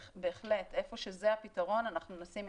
בהחלט איפה שזה הפתרון, אנחנו נשים מיניבוס.